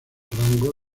rango